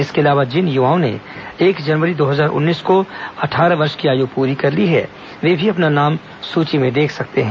इसके अलावा जिन युवाओं ने एक जनवरी दो हजार उन्नीस को अट्ठारह वर्ष की आयु पूरी कर ली है वे भी अपना नाम मतदाता सूची में देख सकते हैं